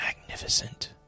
Magnificent